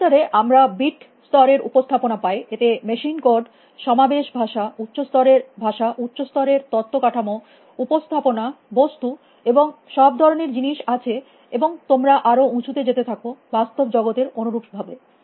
computer এ আমরা bit স্তরের উপস্থাপনা পাই এতে মেশিন কোড সমাবেশ ভাষা উচ্চ স্তরের ভাষা উচ্চ স্তরের তত্ত্ব কাঠামো উপস্থাপনা বস্তু এবং সব ধরনের জিনিস আছে এবং তোমরা আরো উঁচু তে যেতে থাক বাস্তব জগতের অনুরূপভাবে